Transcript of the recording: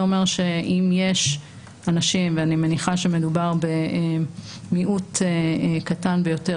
זה אומר שאם יש אנשים ואני מניחה שמדובר במיעוט קטן ביותר,